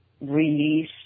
release